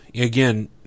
again